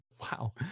Wow